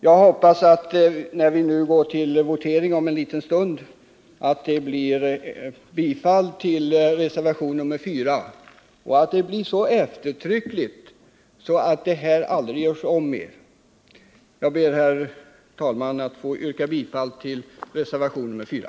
Jag hoppas att kammaren, när vi om en liten stund går till votering, kommer att bifalla reservationen 4 och att det sker så eftertryckligt att det försök som regeringen har givit sig in på i det här fallet inte görs om mer. Jag ber, herr talman, att få yrka bifall till reservationen 4.